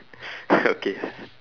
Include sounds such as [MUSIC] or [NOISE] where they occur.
[LAUGHS] okay